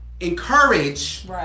encourage